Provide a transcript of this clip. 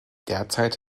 derzeit